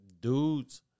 dudes